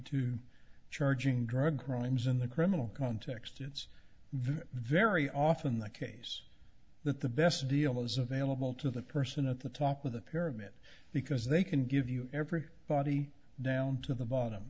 to charging drug rooms in the criminal context it's very often the case that the best deal is available to the person at the top of the pyramid because they can give you every body down to the bottom